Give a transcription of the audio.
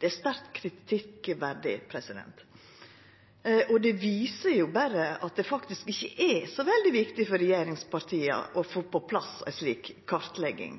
Det er sterkt kritikkverdig. Det viser berre at det ikkje er så veldig viktig for regjeringspartia å få på plass ei slik kartlegging,